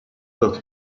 wird